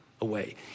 away